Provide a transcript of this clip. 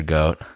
Goat